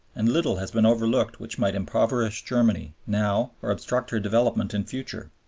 and little has been overlooked which might impoverish germany now or obstruct her development in future.